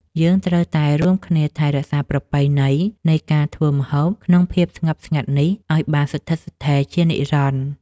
យើងត្រូវតែរួមគ្នាថែរក្សាប្រពៃណីនៃការធ្វើម្ហូបក្នុងភាពស្ងប់ស្ងាត់នេះឱ្យបានស្ថិតស្ថេរជានិរន្តរ៍។